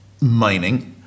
mining